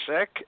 sick